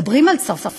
מדברים על צרפת?